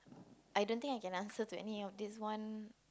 I don't think I can answer to any of this one